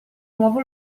nuovo